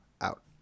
out